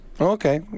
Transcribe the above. Okay